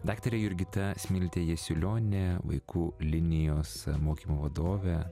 daktarė jurgita smiltė jasiulionė vaikų linijos mokymų vadovė